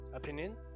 Opinion